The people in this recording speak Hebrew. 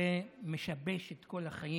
זה משבש את כל החיים